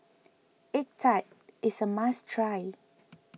Egg Tart is a must try